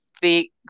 big